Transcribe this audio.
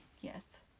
Yes